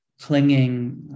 clinging